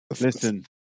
Listen